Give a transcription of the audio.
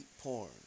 porn